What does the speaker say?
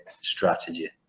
strategy